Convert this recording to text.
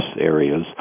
areas